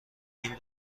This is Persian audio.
این